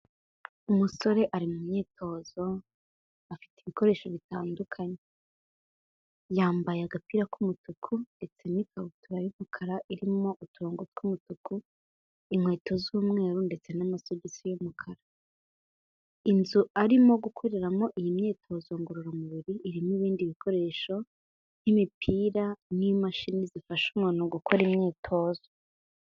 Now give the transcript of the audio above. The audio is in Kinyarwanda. Umusore ari mu myitozo afite ibikoresho bitandukanye. Yambaye agapira k'umutuku ndetse n'ikabutura y'umukara irimo uturongo tw'umutuku, inkweto z'umweru ndetse n'amasogisi y'umukara. Inzu arimo gukoreramo iyi myitozo ngororamubiri, irimo ibindi bikoresho nk'imipira n'imashini zifasha umuntu gukora imyitozo.